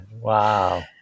Wow